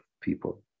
people